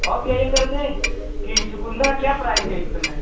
और भैया ये कहे रहे थे कि चुकन्दर का क्या प्राइज है इस समय